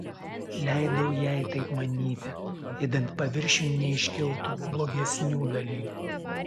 leidau jai taip manyti idant paviršiun neiškiltų blogesnių dalykų